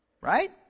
Right